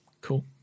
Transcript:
Cool